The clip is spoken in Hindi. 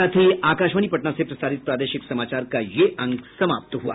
इसके साथ ही आकाशवाणी पटना से प्रसारित प्रादेशिक समाचार का ये अंक समाप्त हुआ